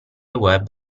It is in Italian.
web